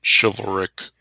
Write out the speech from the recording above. chivalric